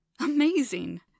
Amazing